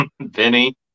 Vinny